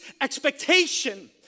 expectation